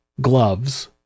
gloves